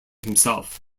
himself